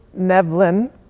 Nevlin